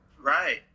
right